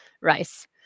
RICE